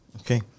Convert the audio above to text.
Okay